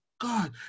God